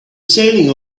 sailing